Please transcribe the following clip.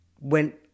went